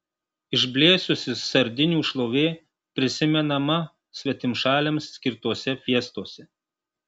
išblėsusi sardinių šlovė prisimenama svetimšaliams skirtose fiestose